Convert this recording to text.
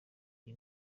iyi